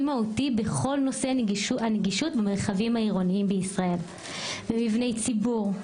מהותי בכל נושא הנגישות במרחבים העירוניים בישראל מבני ציבור,